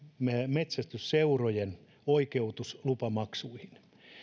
metsästysseurojen oikeutus lupamaksuihin